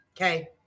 Okay